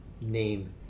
name